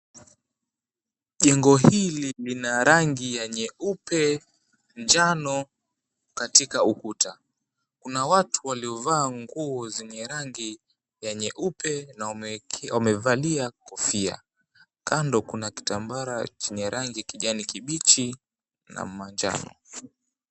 Jengo hili lina rangi ya nyeupe, njano katika ukuta. Kuna watu waliovaa nguo zenye rangi ya nyeupe na wamevalia kofia. Kando kuna kitambara chenye rangi kijani kibichi na manjano.